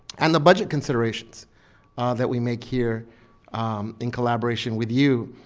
and the budget considerations that we make here in collaboration with you.